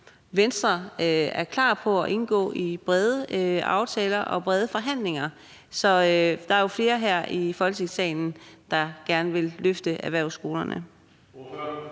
Venstre er klar til at indgå brede aftaler og indtræde i brede forhandlinger. Der er jo flere her i Folketingssalen, der gerne vil løfte erhvervsskolerne.